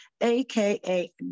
aka